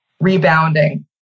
rebounding